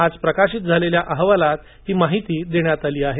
आज प्रकाशित झालेल्या अहवालात ही माहिती देण्यात आली आहे